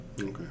Okay